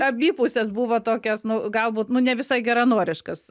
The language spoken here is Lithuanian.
abi pusės buvo tokios nu gal būt nu ne visai geranoriškos